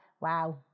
wow